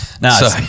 No